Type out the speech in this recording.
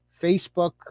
facebook